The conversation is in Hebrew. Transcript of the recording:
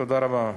תודה רבה.